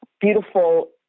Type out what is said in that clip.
beautiful